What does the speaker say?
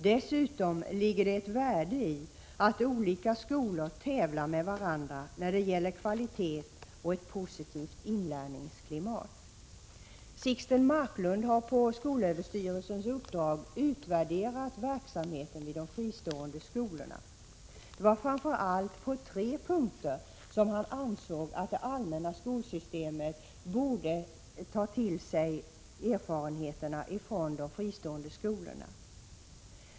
Dessutom ligger det ett värde i att olika skolor tävlar med varandra när det gäller kvalitet och positivt inlärningsklimat. Sixten Marklund har på skolöverstyrelsens uppdrag utvärderat verksamheten vid de fristående'skolorna. Det var framför allt på tre punkter som han ansåg att det allmänna skolsystemet borde ta till sig erfarenheterna från de fristående skolorna.